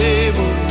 able